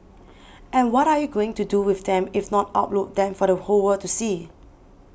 and what are you going to do with them if not upload them for the whole world to see